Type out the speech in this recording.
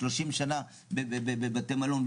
30 שנה בבתי מלון,